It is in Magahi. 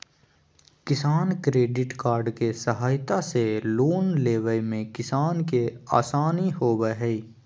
किसान क्रेडिट कार्ड के सहायता से लोन लेवय मे किसान के आसानी होबय हय